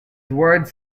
words